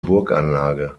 burganlage